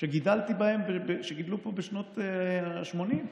שגידלו פה בשנות השמונים,